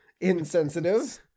insensitive